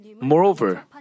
Moreover